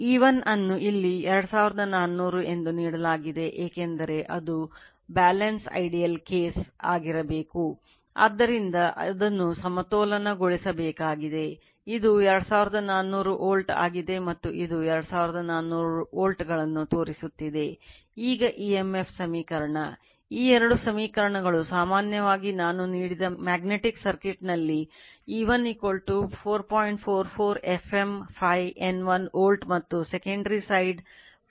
E1 ಅನ್ನು ಇಲ್ಲಿ 2400 ನೀಡಲಾಗಿದೆ ಏಕೆಂದರೆ ಅದು balance ideal case ಅಥವಾ ವಿಭಿನ್ನವಾಗಿದೆ